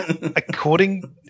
According